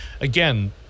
again